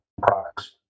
products